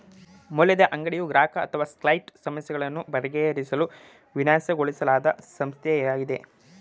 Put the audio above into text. ಮೌಲ್ಯದ ಅಂಗಡಿಯು ಗ್ರಾಹಕ ಅಥವಾ ಕ್ಲೈಂಟ್ ಸಮಸ್ಯೆಗಳನ್ನು ಬಗೆಹರಿಸಲು ವಿನ್ಯಾಸಗೊಳಿಸಲಾದ ಸಂಸ್ಥೆಯಾಗಿದೆ